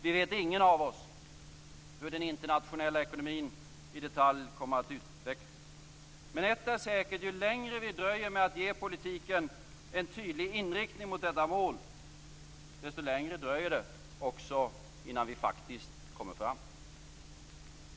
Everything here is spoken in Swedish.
Nu vet ingen av oss hur den internationella ekonomin i detalj kommer att utvecklas, men ett är säkert: Ju länge vi dröjer med att ge politiken en tydlig inriktning mot detta mål, desto längre dröjer det också innan vi faktiskt kommer fram.